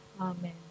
Amen